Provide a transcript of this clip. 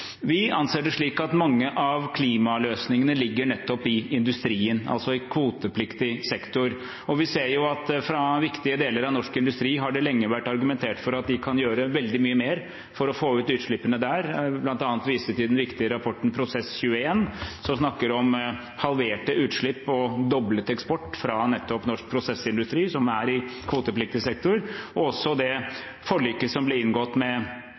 Vi anser det slik at mange av klimaløsningene ligger i industrien, i kvotepliktig sektor, og vi ser at fra viktige deler av norsk industri har det lenge vært argumentert for at de kan gjøre veldig mye mer for å få ned utslippene der. Jeg vil bl.a. vise til den viktige rapporten Prosess21, som snakker om halverte utslipp og doblet eksport fra norsk prosessindustri, som er i kvotepliktig sektor, og også det forliket som ble inngått med